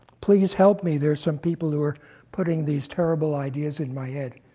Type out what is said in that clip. please help me, there's some people who are putting these terrible ideas in my head.